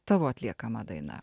tavo atliekama daina